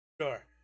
Sure